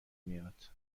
میاد